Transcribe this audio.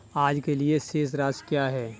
आज के लिए शेष राशि क्या है?